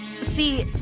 see